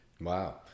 Wow